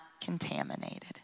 contaminated